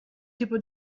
tipo